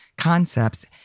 Concepts